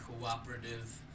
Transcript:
cooperative